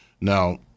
Now